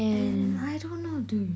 and I dunno dude